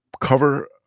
cover